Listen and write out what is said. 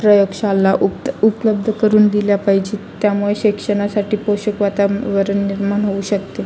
प्रयोगशाळा उक्त उपलब्ध करून दिल्या पाहिजेत त्यामुळे शिक्षणासाठी पोषक वातावरण निर्माण होऊ शकते